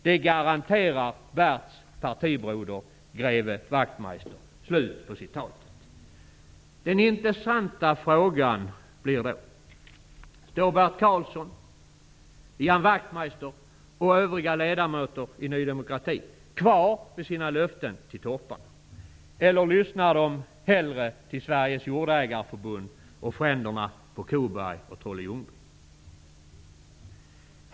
Det garanterar Berts partibroder, greve Ian Den intressanta frågan blir då: Står Bert Karlsson och Ian Wachtmeister och övriga ledamöter i Ny demokrati kvar vid sina löften till torparna? Eller lyssnar de hellre till Sveriges Jordägareförbund och fränderna på Koberg och Trolle-Ljungby?